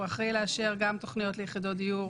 הוא אחראי לאשר גם תוכניות ליחידות דיור,